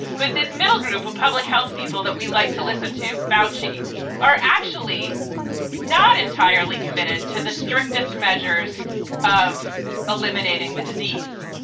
but this middle group of public health people that we like to listen to. foushee are actually not entirely committed to the strictest measures of eliminating the disease.